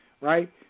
right